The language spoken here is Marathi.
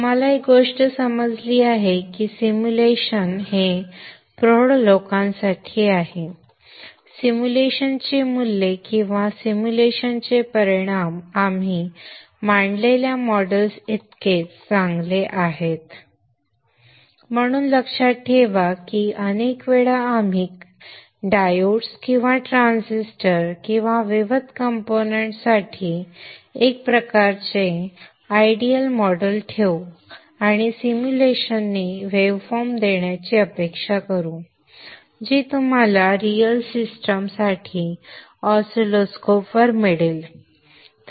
आपण एक गोष्ट समजली आहे की सिम्युलेशन हे प्रौढ लोकांसाठी आहे सिम्युलेशनची मूल्ये म्हणून लक्षात ठेवा की अनेक वेळा आपण डायोड्स किंवा ट्रान्झिस्टर किंवा विविध कंपोनेंट्स साठी एक प्रकारचे आदर्श मॉडेल ठेवू आणि सिम्युलेशनने वेव्हफॉर्म्स देण्याची अपेक्षा करू जी तुम्हाला रियल सिस्टम साठी ऑसिलोस्कोप वर मिळेल